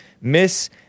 Miss